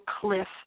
cliff